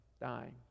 dying